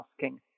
asking